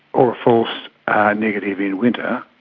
or a false negative in winter.